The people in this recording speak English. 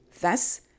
thus